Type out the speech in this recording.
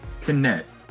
connect